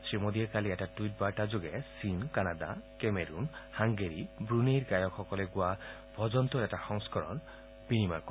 শ্ৰীমোদীয়ে কালি এটা টুইট বাৰ্তা যোগে চীন কানাডা কেমেৰুন হাংগেৰী ব্ৰুনেইৰ গায়কসকলে গোৱা ভজনটোৰ এটা সংস্কৰণ বিনিময় কৰে